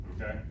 okay